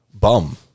Bum